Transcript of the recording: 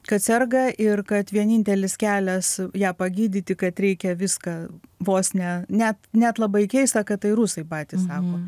kad serga ir kad vienintelis kelias ją pagydyti kad reikia viską vos ne net net labai keista kad tai rusai patys sako